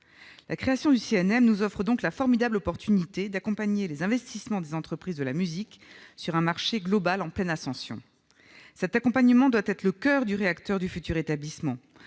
La création du CNM nous offre donc une formidable occasion d'accompagner les investissements des entreprises de la musique sur un marché mondial en pleine expansion. Cet accompagnement doit être le coeur du réacteur du futur établissement,